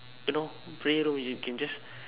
you know prayer room you can just